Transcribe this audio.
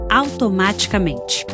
automaticamente